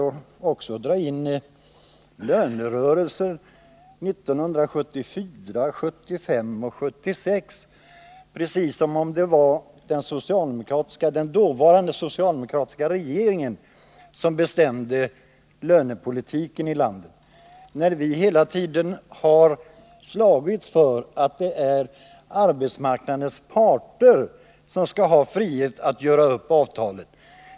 Hon tar också in lönerörelser 1974, 1975 och 1976, precis som om det var den dåvarande socialdemokratiska regeringen som bestämde lönepolitiken i landet. Vi har hela tiden slagits för att arbetsmarknadens parter skall ha frihet att göra upp avtalet.